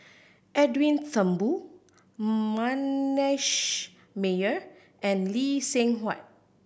Edwin Thumboo Manasseh Meyer and Lee Seng Huat